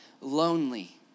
lonely